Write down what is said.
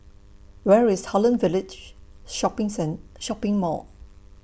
Where IS Holland Village Shopping Shopping Mall